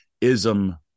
ism